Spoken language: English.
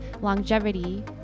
longevity